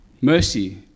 Mercy